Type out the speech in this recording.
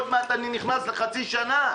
עוד מעט אני נכנס לחצי שנה,